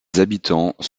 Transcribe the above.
habitants